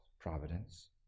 providence